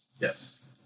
Yes